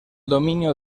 dominio